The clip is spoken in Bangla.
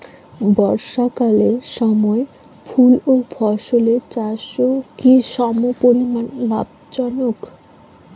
বর্ষাকালের সময় ফুল ও ফলের চাষও কি সমপরিমাণ লাভজনক?